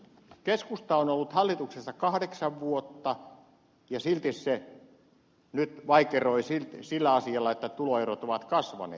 keskusta on ollut hallituksessa kahdeksan vuotta ja silti se nyt vaikeroi sillä asialla että tuloerot ovat kasvaneet